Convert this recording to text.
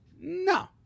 no